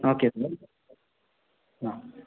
okay sir ಹಾಂ